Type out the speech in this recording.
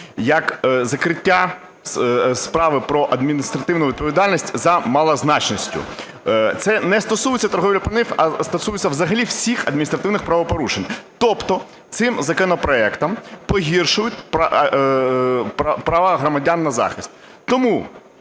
як закриття справи про адміністративну відповідальність за малозначністю. Це не стосується торгівлі пальним, а стосується взагалі всіх адміністративних правопорушень. Тобто цим законопроектом погіршують права громадян на захист. Тому